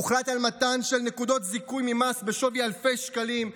הוחלט על מתן נקודות זיכוי ממס בשווי אלפי שקלים.